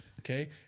okay